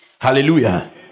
Hallelujah